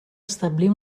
establir